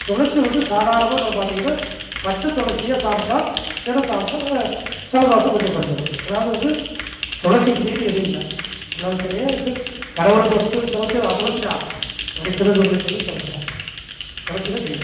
துளசி வந்து சாதாரணமாக நான் பார்த்தீங்கன்னா பச்சை துளசியை சாப்பிட்டால் தினம் சாப்பிட்டால் ஜலதோசம் கொஞ்சம் குறஞ்சிரும் அதாவது வந்து து துளசிக்கு மீறி எதுவும் இல்லை உலகத்திலேயே வந்து கடவுளுக்கு உசந்தது சலைச்சது துளசி தான் மனுஷனுக்கு உலைத்தது துளசி தான் துளசி தான் தெய்வம்